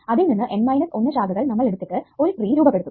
അതിൽ നിന്ന് N minus 1 ശാഖകൾ നമ്മൾ എടുത്തിട്ട് ഒരു ട്രീ രൂപപ്പെടുത്തും